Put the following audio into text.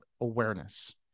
awareness